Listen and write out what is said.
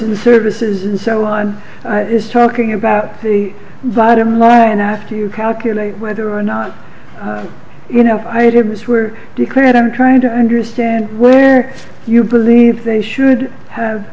and services and so on is talking about the bottom line after you calculate whether or not you know i had it was were declared i'm trying to understand where you believe they should have